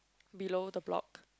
below the block